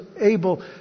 able